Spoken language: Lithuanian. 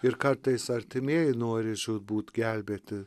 ir kartais artimieji nori žūtbūt gelbėti